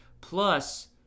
Plus